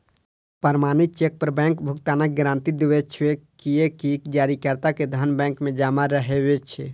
प्रमाणित चेक पर बैंक भुगतानक गारंटी दै छै, कियैकि जारीकर्ता के धन बैंक मे जमा रहै छै